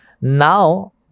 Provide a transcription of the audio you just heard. Now